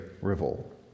revolt